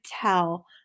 tell